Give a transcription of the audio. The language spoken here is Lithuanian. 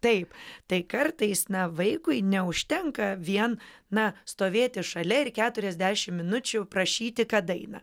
taip tai kartais na vaikui neužtenka vien na stovėti šalia ir keturiasdešimt minučių prašyti kad einam